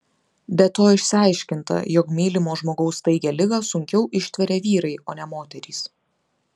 be to išsiaiškinta jog mylimo žmogaus staigią ligą sunkiau ištveria vyrai o ne moterys